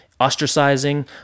ostracizing